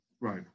right